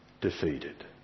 defeated